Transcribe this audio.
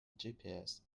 gps